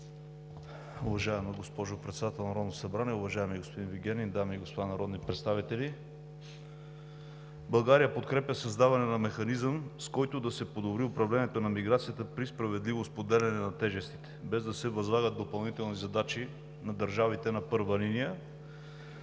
Уважаема госпожо Председател, уважаеми господин Вигенин, дами и господа народни представители! България подкрепя създаване на механизъм, с който да се подобри управлението на миграцията при справедливо споделяне на тежестите, без да се възлагат допълнителни задачи на държавите на първа линия.